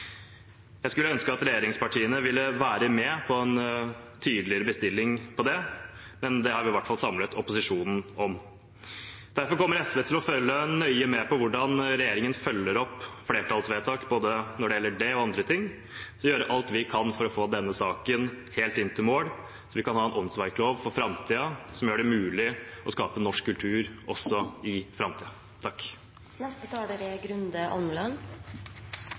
Jeg skulle ønske at regjeringspartiene ville være med på en tydeligere bestilling på det, men det har vi i hvert fall samlet opposisjonen om. Derfor kommer SV til å følge nøye med på hvordan regjeringen følger opp flertallsvedtaket når det gjelder både det og andre ting, og gjøre alt vi kan for å få denne saken helt inn til mål, så vi kan ha en åndsverklov for framtiden som gjør det mulig å skape norsk kultur også i